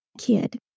kid